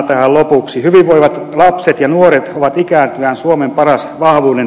hyvinvoivat lapset ja nuoret ovat ikääntyvän suomen paras vanhuudenturva